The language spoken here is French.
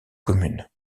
commune